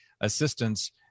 assistance